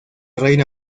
reina